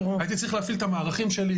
הייתי צריך להפעיל את המערכים שלי.